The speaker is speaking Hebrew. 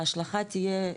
תהיה,